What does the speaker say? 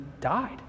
died